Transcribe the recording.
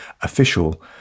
official